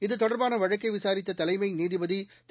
இத்தொடர்பான வழக்கை விசாித்த தலைமை நீதிபதி திரு